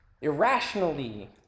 irrationally